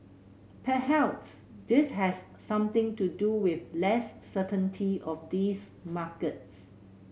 perhaps this has something to do with less certainty of these markets